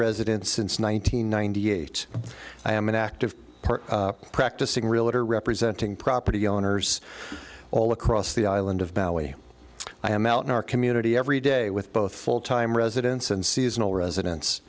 resident since one thousand ninety eight i am an active part practicing realtor representing property owners all across the island of maui i am out in our community every day with both full time residents and seasonal residents